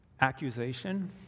Accusation